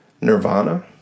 Nirvana